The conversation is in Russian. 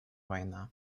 война